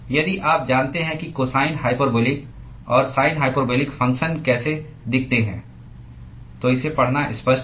यदि आप जानते हैं कि कोसाइन हाइपरबॉलिक और सिन हाइपरबॉलिक फंगक्शन कैसे दिखते हैं तो इसे पढ़ना स्पष्ट है